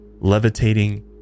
levitating